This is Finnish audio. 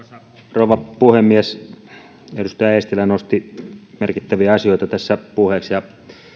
rouva puhemies edustaja eestilä nosti puheeksi merkittäviä asioita ja